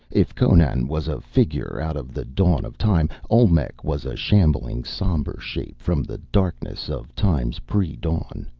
if conan was a figure out of the dawn of time, olmec was a shambling, somber shape from the darkness of time's pre-dawn.